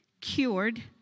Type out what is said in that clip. cured